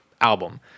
album